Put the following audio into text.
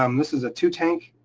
um this is a two tank,